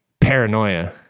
Paranoia